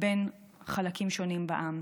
בין חלקים שונים בעם.